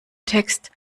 text